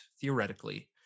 theoretically